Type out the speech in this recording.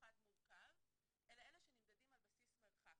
מיוחד מורכב, אלא אלה שנמדדים על בסיס מרחק.